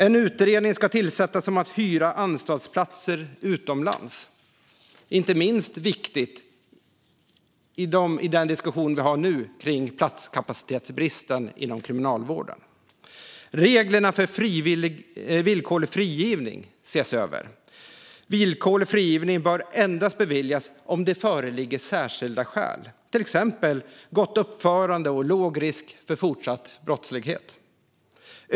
En utredning ska tillsättas om att hyra anstaltsplatser utomlands. Det är inte minst viktigt i den diskussion vi har nu om platskapacitetsbristen inom kriminalvården. Reglerna för villkorlig frigivning ses över. Villkorlig frigivning bör endast beviljas om det föreligger särskilda skäl, till exempel gott uppförande och låg risk för fortsatt brottslighet.